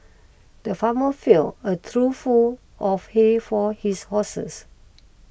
the farmer fill a trough full of hay for his horses